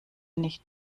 nicht